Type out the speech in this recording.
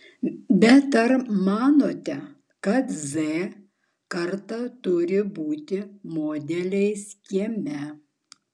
bet ar manote kad z karta turi būti modeliais kieme